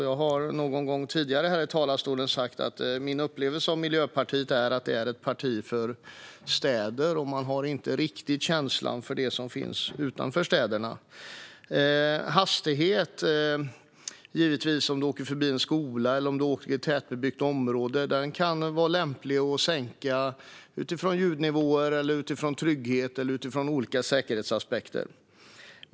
Jag har någon gång tidigare här i talarstolen sagt att min upplevelse av Miljöpartiet är att det är ett parti för städer och att man inte riktigt har känsla för det som finns utanför städerna. Om man kör förbi en skola eller kör i tätbebyggt område kan det vara lämpligt att sänka hastigheten utifrån ljudnivåer, trygghet eller olika andra säkerhetsaspekter.